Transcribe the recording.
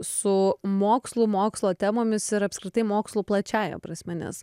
su mokslu mokslo temomis ir apskritai mokslu plačiąja prasme nes